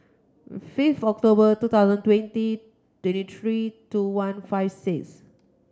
fifth October two thousand twenty twenty three two one five six